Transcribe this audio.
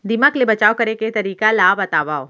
दीमक ले बचाव करे के तरीका ला बतावव?